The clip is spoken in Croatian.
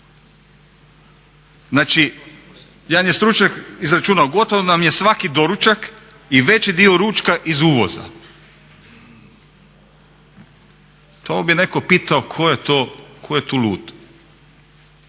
Znači, jedan je stručnjak izračunao gotovo nam je svaki doručak i veći dio ručka iz uvoza. Tamo bi netko pitao tko je tu lud?